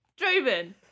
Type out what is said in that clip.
Draven